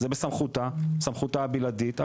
זה בסמכותה הבלעדית,